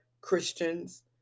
Christians